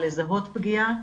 לזהות פגיעה,